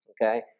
Okay